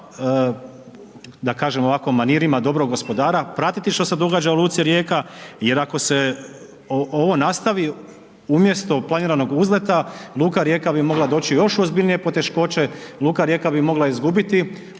da kažem ovako, manirima dobrog gospodara, pratiti što se događa u luci Rijeka, jer ako se ovo nastavi umjesto planiranog uzleta, luka Rijeka bi mogla doći u još ozbiljnije poteškoće, luka Rijeka bi mogla izgubiti